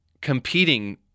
competing